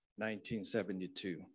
1972